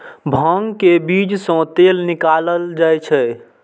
भांग के बीज सं तेल निकालल जाइ छै